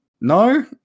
No